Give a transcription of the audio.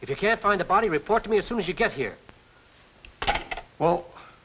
you can't find a body report me as soon as you get here well